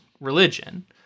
religion